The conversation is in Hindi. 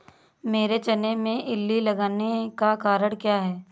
मेरे चने में इल्ली लगने का कारण क्या है?